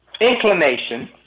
inclination